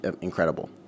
incredible